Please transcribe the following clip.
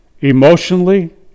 emotionally